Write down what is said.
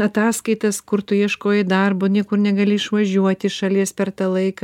ataskaitas kur tu ieškojai darbo niekur negali išvažiuoti iš šalies per tą laiką